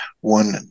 one